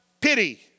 pity